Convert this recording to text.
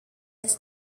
its